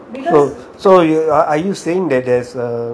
so are you saying that there is uh